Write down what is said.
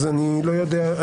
אז אני לא יודע.